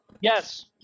Yes